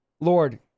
Lord